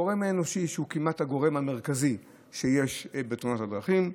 הגורם האנושי הוא כמעט הגורם המרכזי שיש לתאונות הדרכים.